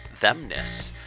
themness